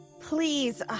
Please